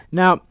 now